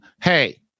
hey